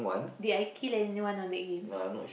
did I kill anyone on that game